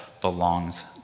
belongs